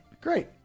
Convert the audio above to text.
Great